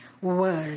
World